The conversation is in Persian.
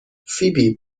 فیبی